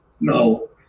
No